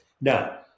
Now